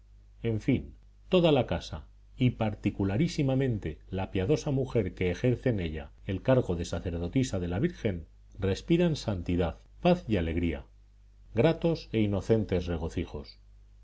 en fin toda la casa y particularísimamente la piadosa mujer que ejerce en ella el cargo de sacerdotisa de la virgen respiran santidad paz y alegría gratos e inocentes regocijos